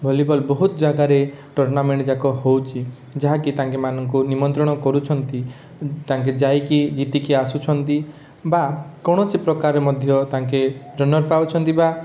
volleyball ବହୁତ ଜାଗାରେ tournament ଯାକ ହଉଛି ଯାହାକି ତାଙ୍କେ ମାନଙ୍କୁ ନିମନ୍ତ୍ରଣ କରୁଛନ୍ତି ତାଙ୍କେ ଯାଇକି ଜିତିକି ଆସୁଛନ୍ତି ବା କୌଣସି ପ୍ରକାରେ ମଧ୍ୟ ତାଙ୍କେ ଟ୍ରେନର ପାଉଛନ୍ତି ବା